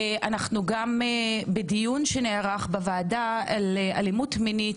אנחנו גם בדיון שנערך בוועדה לאלימות מינית,